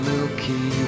Milky